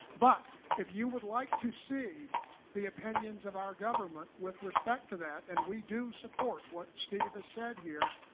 but if you would like to see the opinions of our government, with respect to that and we do support what steve has said here,